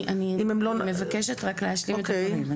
אני מבקשת רק להשלים את הדברים.